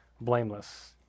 blameless